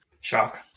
Shock